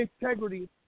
integrity